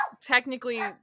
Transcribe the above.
Technically